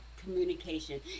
communication